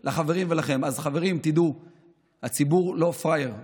אליו, עם ציבורים